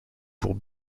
pour